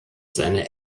seine